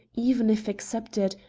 even if accepted,